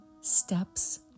steps